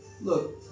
Look